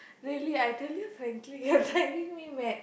really I tell you frankly you're driving me mad